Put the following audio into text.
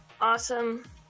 Awesome